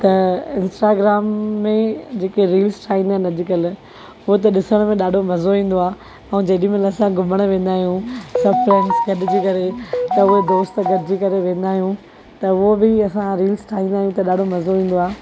त इंस्टाग्राम में जेके रील्स ठाहींदा आहिनि अॼुकल्ह उहे ॾिसणु में त ॾाढो मज़ो ईंदो आहे आउं जेॾी महिल असां घुमण वेंदा आहियूं सभु फ्रेंड्स गॾिजी करे त उहे दोस्त गॾिजी करे वेंदा आहियूं त उहो बि असां रील्स ठाहींदा आहियूं त ॾाढो मज़ो ईंदो आहे